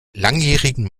langjährigen